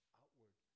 outward